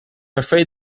afraid